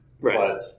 Right